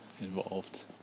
involved